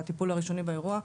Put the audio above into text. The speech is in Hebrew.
בטיפול הראשוני באירוע,